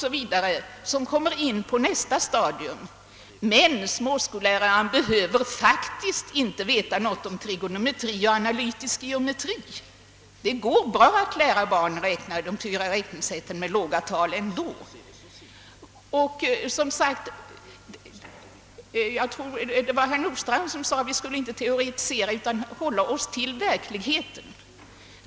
v., vilket kommer in på nästa stadium. Däremot behöver småskolläraren faktiskt inte veta något om trigonometri och analytisk geometri. Det går bra att lära barn de fyra räknesätten med låga tal ändå. Herr Nordstrandh menade att vi inte skall teoretisera utan hålla oss till verkligheten.